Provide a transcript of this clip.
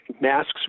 Masks